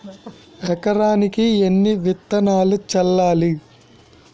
ఎకరానికి ఎన్ని విత్తనాలు చల్లాలి?